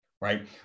right